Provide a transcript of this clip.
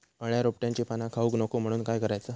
अळ्या रोपट्यांची पाना खाऊक नको म्हणून काय करायचा?